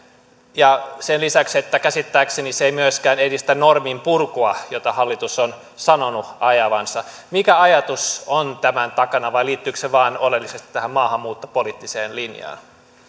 sen lisäksi että käsittääkseni se ei myöskään edistä norminpurkua jota hallitus on sanonut ajavansa mikä ajatus on tämän takana vai liittyykö se vain oleellisesti tähän maahanmuuttopoliittiseen linjaan